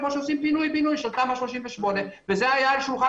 כמו שעושים פינוי בינוי של תמ"א 38. זה היה על שולחן